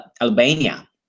Albania